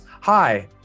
hi